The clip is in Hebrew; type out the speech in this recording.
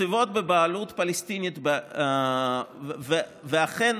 אכן,